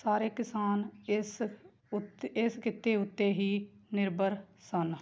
ਸਾਰੇ ਕਿਸਾਨ ਇਸ ਉਤ ਇਸ ਕਿੱਤੇ ਉੱਤੇ ਹੀ ਨਿਰਭਰ ਸਨ